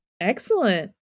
Excellent